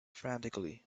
frantically